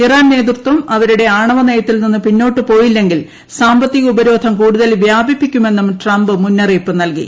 Iran നേതൃത്വം അവരുടെ ആണവ നയത്തിൽ നിന്നും പിന്നോട്ട് പോയില്ലെങ്കിൽ സാമ്പത്തിക ഉപരോധം കൂടുതൽ വ്യാപിപ്പിക്കു മെന്നും ട്രംപ് മുന്നറിയിപ്പ് നൽകി